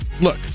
look